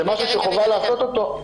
זה משהו שחובה לעשות אותו,